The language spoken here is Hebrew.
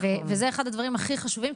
זה אחד הדברים הכי חשובים,